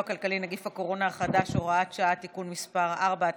כלכלי (נגיף הקורונה החדש) (הוראת שעה) (תיקון מס' 4),